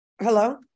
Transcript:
Hello